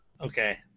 Okay